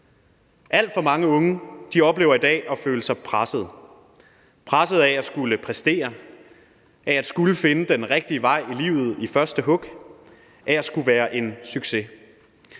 Alt for mange unge oplever i dag at føle sig presset – presset af at skulle præstere, at skulle finde den rigtige vej i livet i første hug og af at skulle være en succes.